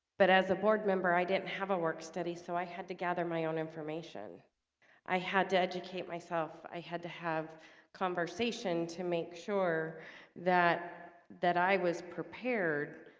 but as a board member i didn't have a work study so i had to gather my own information i had to educate myself i had to have conversation to make sure that that i was prepared